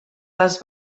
les